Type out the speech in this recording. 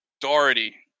Doherty